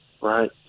right